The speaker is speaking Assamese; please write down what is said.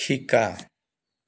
শিকা